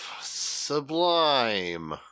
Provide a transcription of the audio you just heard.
Sublime